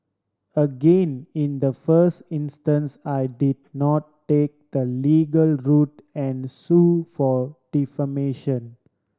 again in the first instance I did not take the legal route and sue for defamation